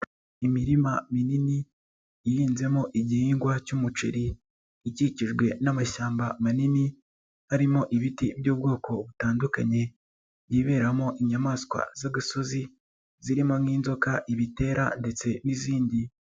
Imirima minini ihinzemo igihingwa cy'umuceri, ikikijwe n'amashyamba manini arimo ibiti by'ubwoko butandukanye, yiberamo inyamaswa z'agasozi zirimo nk'inzoka, ibitera, ndetse n'izindi.